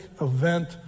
event